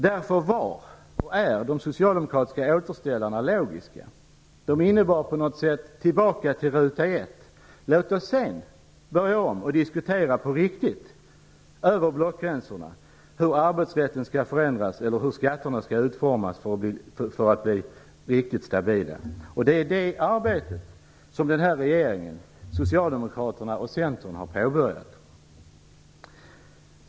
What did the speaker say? Därför var och är de socialdemokratiska återställarna logiska. De innebar på något sätt: Tillbaka till ruta ett, och låt oss sedan börja om och diskutera på riktigt över blockgränserna hur arbetsrätten skall förändras eller hur skatterna skall utformas för att bli riktigt stabila. Det är det arbetet som den här regeringen, Socialdemokraterna och Centern har påbörjat.